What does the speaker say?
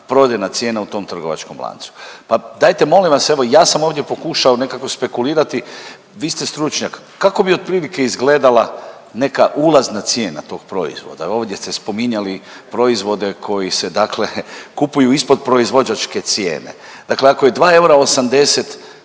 cijena u tom trgovačkom lancu. Pa dajte molim vas, evo ja sam ovdje pokušao nekako spekulirati, vi ste stručnjak, kako bi otprilike izgledala neka ulazna cijena to proizvoda, ovdje ste spominjali proizvode koji se dakle kupuju ispod proizvođačke cijene, dakle ako je 2 eura